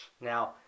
Now